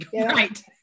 right